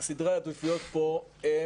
סדרי העדיפויות פה הם